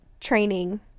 training